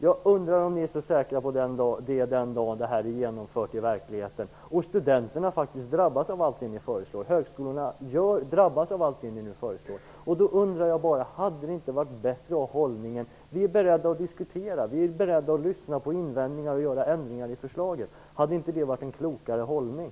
Jag undrar om ni är så säkra på det den dag det här är genomfört i verkligheten och studenterna och högskolorna faktiskt drabbas av allting ni nu föreslår. Då undrar jag bara: Hade det inte varit bättre att ha den hållningen att vara beredd att diskutera och lyssna på invändningar och att göra ändringar i förslagen? Hade det inte varit en klokare hållning?